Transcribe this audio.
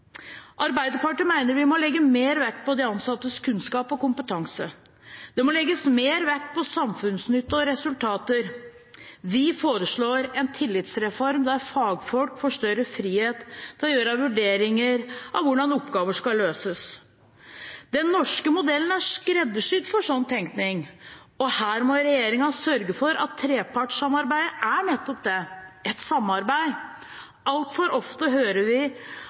Arbeiderpartiet mener vi må legge mer vekt på de ansattes kunnskap og kompetanse. Det må legges mer vekt på samfunnsnytte og resultater. Vi foreslår en tillitsreform, der fagfolk får større frihet til å foreta vurderinger av hvordan oppgaver skal løses. Den norske modellen er skreddersydd for sånn tenkning, og her må regjeringen sørge for at trepartssamarbeidet er nettopp det, et samarbeid. Altfor ofte hører vi